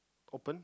open